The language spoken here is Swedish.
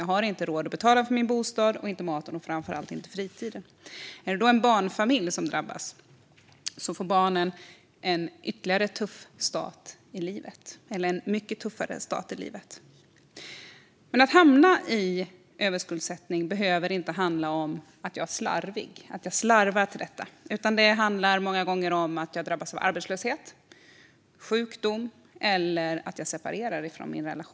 Man kanske inte har råd att betala för sin bostad, inte för maten och framför allt inte för fritiden. Om det då är en barnfamilj som drabbas får barnen en mycket tuffare start i livet. Att hamna i överskuldsättning behöver inte handla om att man är slarvig - att man har slarvat sig till detta. Det handlar många gånger om att man har drabbats av arbetslöshet eller sjukdom eller att man har separerat.